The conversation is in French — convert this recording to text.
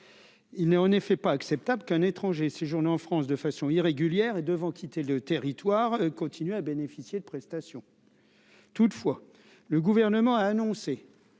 Il n'est en effet pas acceptable qu'un étranger séjourner en France de façon irrégulière et devant quitter le territoire, continuer à bénéficier de prestations, toutefois, le gouvernement a annoncé